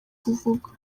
ivuga